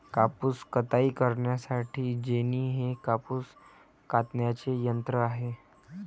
कापूस कताई करण्यासाठी जेनी हे कापूस कातण्याचे यंत्र आहे